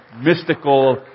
mystical